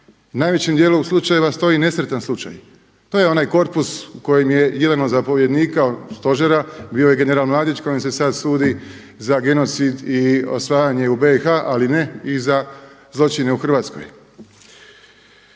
najvećem djelu slučajeva stoji nesretan slučaj. To je onaj korpus u kojem je jedan od zapovjednika stožera bio i general Mladić kojem se sad sudi za genocid i osvajanje u BIH ali ne i za zločine u Hrvatskoj.